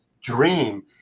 dream